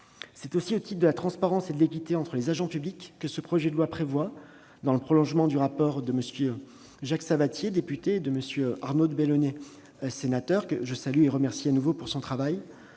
C'est aussi au titre de la transparence et de l'équité entre les agents publics que ce projet de loi prévoit, dans le prolongement du rapport de MM. Jacques Savatier, député, et Arnaud de Belenet, sénateur- je les salue et les remercie de nouveau pour leur travail